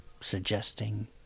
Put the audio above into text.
suggesting